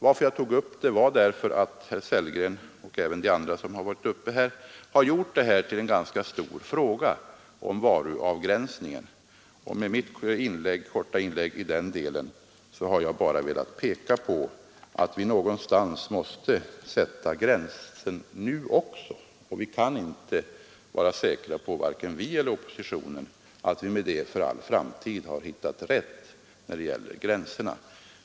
Att jag tog upp saken berodde på att herr Sellgren och även de andra som talat här har gjort varuavgränsningen till en ganska stor fråga. Med mitt korta inlägg i den delen har jag bara velat peka på att gränsen måste sättas någonstans nu också. Varken vi eller oppositionen kan vara säkra på att därmed för all framtid ha hittat rätt när det gäller gränserna.